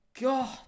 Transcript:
God